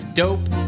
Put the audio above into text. dope